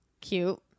Cute